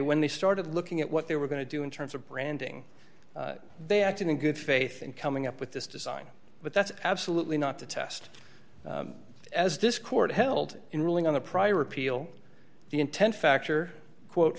when they started looking at what they were going to do in terms of branding they acted in good faith and coming up with this design but that's absolutely not the test as this court held in ruling on the prior appeal the intent factor quote